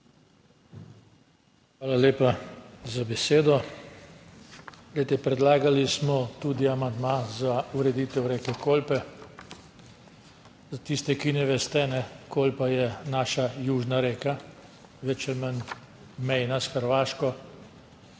Hvala lepa za besedo. Glejte predlagali smo tudi amandma za ureditev reke Kolpe. Za tiste, ki ne veste, Kolpa je naša južna reka, več ali manj mejna s Hrvaško.